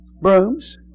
brooms